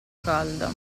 calda